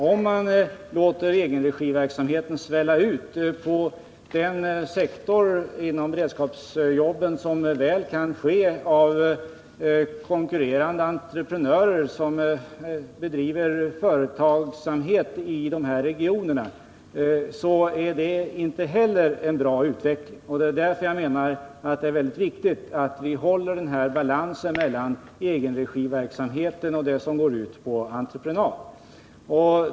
Om man låter egenregiverksamheten svälla ut på den sektor inom beredskapsjobben där konkurrerande entreprenörer bedriver företagsamhet i dessa regioner, så är det inte heller en bra utveckling. Jag menar att det är mycket viktigt att vi håller balansen mellan egenregiverksamheten och den verksamhet som går ut på entreprenad.